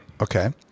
Okay